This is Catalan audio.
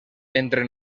entre